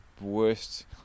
worst